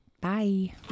Bye